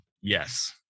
Yes